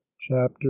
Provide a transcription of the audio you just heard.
Chapter